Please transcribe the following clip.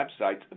websites